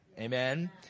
Amen